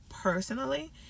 Personally